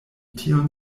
tion